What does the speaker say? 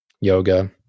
yoga